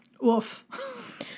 Woof